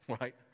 right